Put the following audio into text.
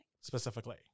specifically